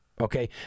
Okay